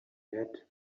had